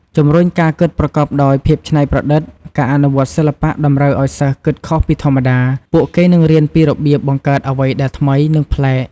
ជំរុញការគិតប្រកបដោយភាពច្នៃប្រឌិតការអនុវត្តសិល្បៈតម្រូវឱ្យសិស្សគិតខុសពីធម្មតា ពួកគេនឹងរៀនពីរបៀបបង្កើតអ្វីដែលថ្មី និងប្លែក។